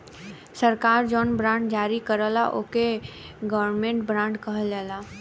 सरकार जौन बॉन्ड जारी करला ओके गवर्नमेंट बॉन्ड कहल जाला